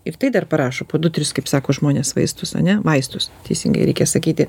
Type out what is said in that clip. ir tai dar parašo po du tris kaip sako žmonės vaistus ane vaistus teisingai reikia sakyti